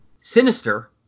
Sinister